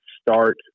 start